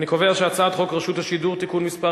אני קובע שהצעת חוק רשות השידור (תיקון מס'